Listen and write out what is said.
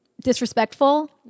disrespectful